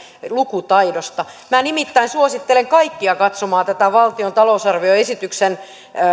lukutaidosta minä nimittäin suosittelen kaikkia katsomaan tätä valtion talousarvioesityksen